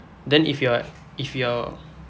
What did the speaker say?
then if you are if your